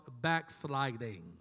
backsliding